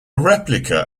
replica